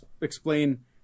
explain